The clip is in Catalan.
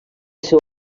seu